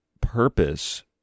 purpose